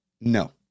no